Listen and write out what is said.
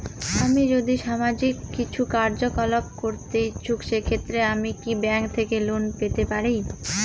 আমি যদি সামাজিক কিছু কার্যকলাপ করতে ইচ্ছুক সেক্ষেত্রে আমি কি ব্যাংক থেকে লোন পেতে পারি?